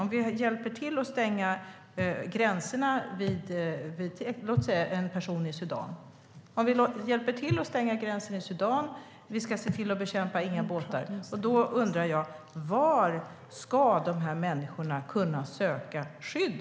Om vi hjälper till att stänga gränserna i låt säga Sudan, om vi ser till att bekämpa båtar, då undrar jag: Var ska de här människorna kunna söka skydd?